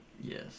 Yes